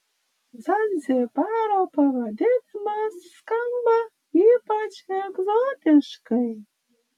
zanzibaro pavadinimas skamba ypač egzotiškai